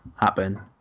happen